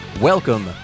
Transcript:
Welcome